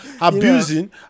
Abusing